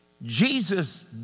Jesus